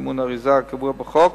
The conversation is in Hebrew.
סימון האריזה הקבוע בחוק